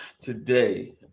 today